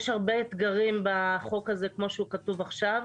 יש הרבה אתגרים בחוק הזה, כמו שהם צפים עכשיו,